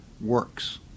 works